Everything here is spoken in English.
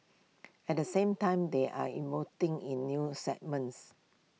at the same time they are in new segments